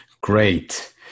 Great